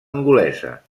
angolesa